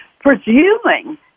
presuming